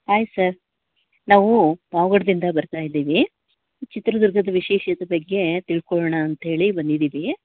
hi sir ನಾವು ಪಾವಗಡದಿಂದ ಬರ್ತಾ ಇದ್ದೀವಿ ಚಿತ್ರದುರ್ಗದ ವಿಶೇಷತೆ ಬಗ್ಗೆ ತಿಳ್ಕೊಳ್ಳೋಣ ಅಂತ ಹೇಳಿ ಬಂದಿದ್ದೀವಿ